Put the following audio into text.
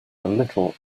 little